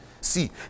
See